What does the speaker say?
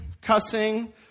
cussing